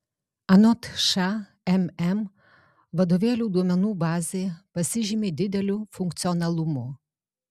anot šmm vadovėlių duomenų bazė pasižymi dideliu funkcionalumu